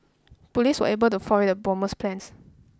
police were able to foil the bomber's plans